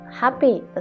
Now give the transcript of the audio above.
Happy